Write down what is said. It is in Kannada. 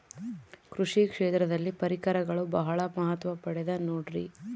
ಕೃಷಿ ಕ್ಷೇತ್ರದಲ್ಲಿ ಪರಿಕರಗಳು ಬಹಳ ಮಹತ್ವ ಪಡೆದ ನೋಡ್ರಿ?